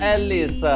Ellis